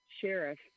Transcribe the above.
sheriff